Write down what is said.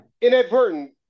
Inadvertent